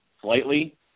slightly